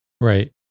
Right